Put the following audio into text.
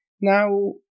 Now